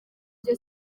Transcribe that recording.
byo